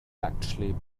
actually